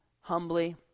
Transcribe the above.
humbly